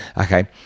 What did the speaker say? Okay